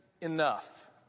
enough